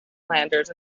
landers